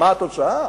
מה התוצאה?